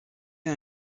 est